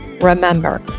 Remember